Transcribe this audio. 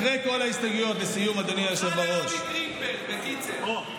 כן, שום דבר לא קשור אצלך, זה